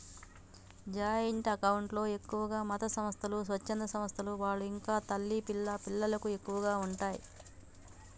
joint account లో ఎక్కువగా మతసంస్థలు, స్వచ్ఛంద సంస్థల వాళ్ళు ఇంకా తల్లి పిల్లలకు ఎక్కువగా ఉంటయ్